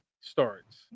starts